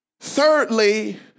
Thirdly